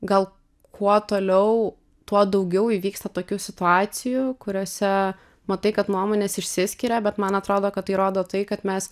gal kuo toliau tuo daugiau įvyksta tokių situacijų kuriose matai kad nuomonės išsiskiria bet man atrodo kad tai rodo tai kad mes